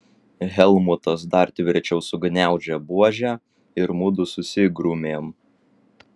helmutas dar tvirčiau sugniaužė buožę ir mudu susigrūmėm